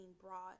brought